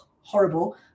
horrible